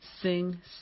Sing